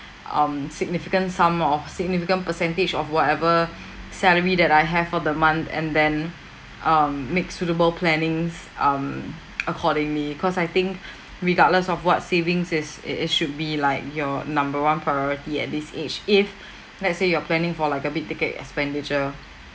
um significant sum of significant percentage of whatever salary that I have for the month and then um make suitable plannings um accordingly cause I think regardless of what savings is it it should be like your number one priority at this age if let's say you're planning for like a big-ticket expenditure